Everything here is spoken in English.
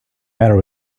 matter